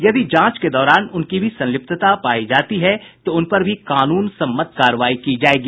यदि जांच के दौरान उनकी भी संलिप्तता पायी जाती है तो उन पर भी कानून सम्मत कार्रवाई की जायेगी